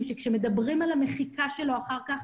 כשמדברים על המחיקה שלו אחר כך,